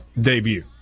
debut